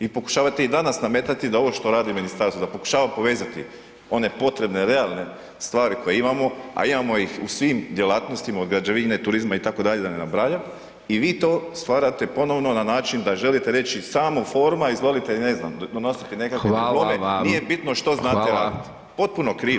I pokušavate i danas nametati da ovo što radi ministarstvo, da pokušava povezati one potrebne, realne stvari koje imamo, a imamo ih u svim djelatnostima, od građevine, turizma, itd., da ne nabrajam i vi to stvarate ponovno na način da želite reći samo forma izvolite i ne znam, donosite [[Upadica: Hvala vam.]] nije bitno što znate raditi, potpuno krivo.